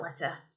letter